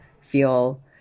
feel